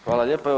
Hvala lijepo.